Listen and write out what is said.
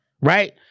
Right